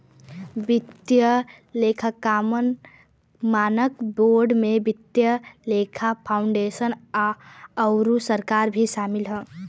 वित्तीय लेखांकन मानक बोर्ड में वित्तीय लेखा फाउंडेशन आउर सरकार भी शामिल हौ